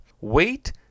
Weight